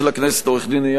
עורך-הדין איל ינון,